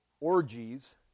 orgies